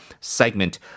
segment